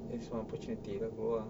that's one opportunity lah keluar